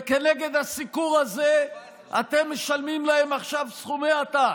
וכנגד הסיקור הזה אתם משלמים להם עכשיו סכומי עתק.